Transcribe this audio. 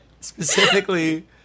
specifically